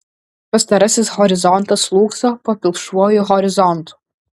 pastarasis horizontas slūgso po pilkšvuoju horizontu